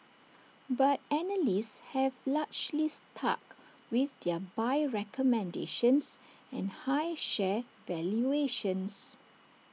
but analysts have largely stuck with their buy recommendations and high share valuations